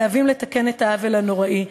חייבים לתקן את העוול הנוראי,